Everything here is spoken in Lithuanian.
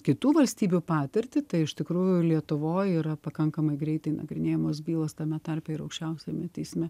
kitų valstybių patirtį tai iš tikrųjų lietuvoj yra pakankamai greitai nagrinėjamos bylos tame tarpe ir aukščiausiame teisme